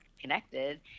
connected